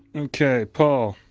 and okay, paul?